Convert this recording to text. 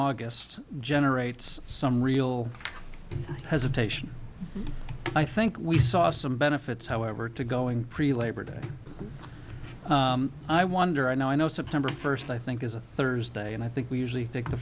august generates some real hesitation i think we saw some benefits however to going pre labor day i wonder i know i know september first i think is a thursday and i think we usually think the